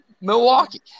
Milwaukee